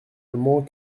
allemand